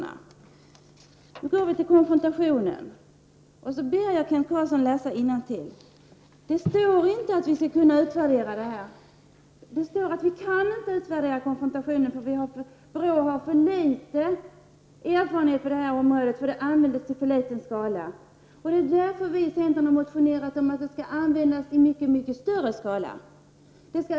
När det gäller konfrontationerna ber jag Kent Carlsson att läsa innantill i betänkandet. Det står inte att vi skall kunna utvärdera den här verksamheten, utan det står att vi inte kan utvärdera verksamheten med konfrontationerna. BRÅ har för litet erfarenhet på detta område, eftersom åtgärder vidtas i alldeles för liten skala. Det är därför som vi i centern har motionerat om att konfrontationer skall förekomma i mycket större skala.